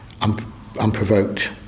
unprovoked